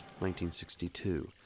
1962